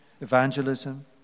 evangelism